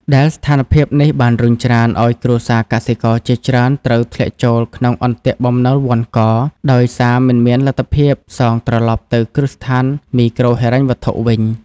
ដែលស្ថានភាពនេះបានរុញច្រានឱ្យគ្រួសារកសិករជាច្រើនត្រូវធ្លាក់ចូលក្នុងអន្ទាក់បំណុលវណ្ឌក ដោយសារមិនមានលទ្ធភាពសងត្រឡប់ទៅគ្រឹះស្ថានមីក្រូហិរញ្ញវត្ថុវិញ។